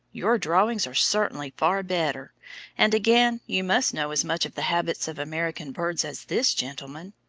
your drawings are certainly far better and again, you must know as much of the habits of american birds as this gentleman